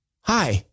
Hi